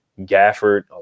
Gafford